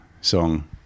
song